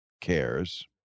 cares